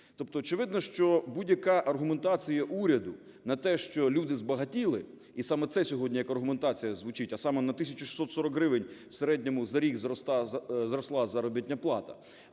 Тобто очевидно, що будь-яка аргументація уряду на те, що люди збагатіли, і саме це сьогодні як аргументація звучить, а саме на 1 тисячу 640 гривень в середньому за рік зросла заробітна плата,